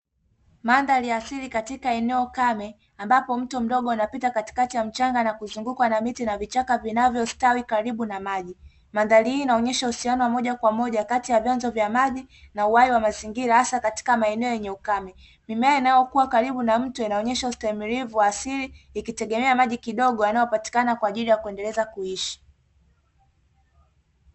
Mandhari ya siri katika eneo kame ambapo mto mdogo unapita katikati ya mchanga na kuzungukwa na miti na vichaka vinavyostawi karibu na maji, mandhari hii inaonesha uhusiano wa moja kwa moja kati ya vyanzo vya maji na uhai wa mazingira hasa katika maeneo yenye ukame, mimea inayokuwa karibu na mto inaonesha ustahamilivu wa asili ikitegemea maji kidogo yanayopatikana kwa ajili ya kuendeleza kuishi.